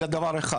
זה דבר אחד.